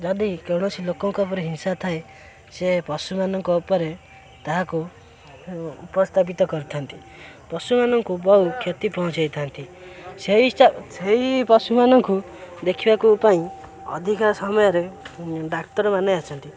ଯଦି କୌଣସି ଲୋକଙ୍କ ଉପରେ ହିଂସା ଥାଏ ସେ ପଶୁମାନଙ୍କ ଉପରେ ତାହାକୁ ଉପସ୍ଥାପିତ କରିଥାନ୍ତି ପଶୁମାନଙ୍କୁ ବହୁ କ୍ଷତି ପହଞ୍ଚାଇଥାନ୍ତି ସେହି ପଶୁମାନଙ୍କୁ ଦେଖିବାକୁ ପାଇଁ ଅଧିକା ସମୟରେ ଡାକ୍ତରମାନେ ଆସନ୍ତି